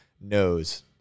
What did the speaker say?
knows